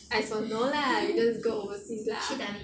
I spon~ no lah we just go overseas lah